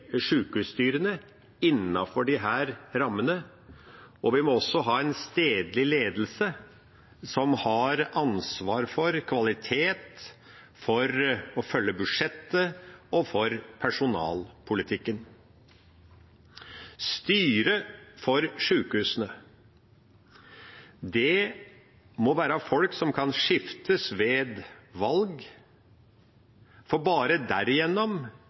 sjukehusstyrene innenfor disse rammene, og vi må også ha en stedlig ledelse som har ansvar for kvalitet, for å følge budsjettet og for personalpolitikken. Styret for sjukehusene må bestå av folk som kan skiftes ut ved valg, for bare